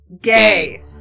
Gay